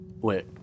Wait